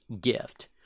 gift